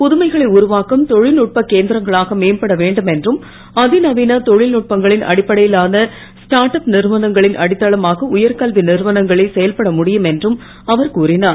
புதுமைகளை உருவாக்கும் தொழில்நுட்ப கேந்திரங்களாக மேம்பட வேண்டும் என்றும் அதிநவீன தொ ழில்நுட்பங்களின் ஸ்டார்ட் அப் நிறுவனங்களின் அடித்தளமாக உயர்கல்வி நிறுவனங்களே செயல்பட முடியும் என்றும் அவர் கூறிஞர்